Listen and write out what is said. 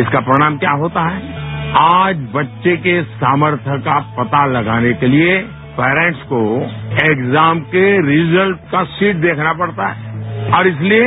इसका परिणाम क्या होता है आज बच्चे के सामर्थय का पता लगाने के लिए पेरेन्टस को एक्जाम के रिजल्ट का सीट देखना पडता है और इसलिए